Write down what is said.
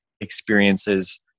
experiences